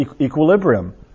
equilibrium